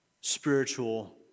spiritual